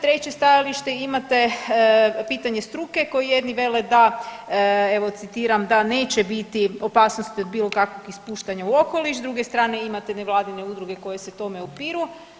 Treće stajalište imate pitanje struke koji jedni vele da evo citiram da „neće biti opasnosti od bilo kakvih otpuštanja u okoliš“, s druge strane imate nevladine udruge koje se tome opiru.